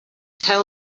tell